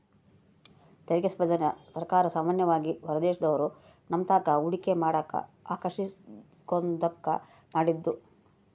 ತೆರಿಗೆ ಸ್ಪರ್ಧೆನ ಸರ್ಕಾರ ಸಾಮಾನ್ಯವಾಗಿ ಹೊರದೇಶದೋರು ನಮ್ತಾಕ ಹೂಡಿಕೆ ಮಾಡಕ ಆಕರ್ಷಿಸೋದ್ಕ ಮಾಡಿದ್ದು